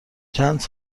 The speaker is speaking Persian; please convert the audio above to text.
چند